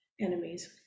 enemies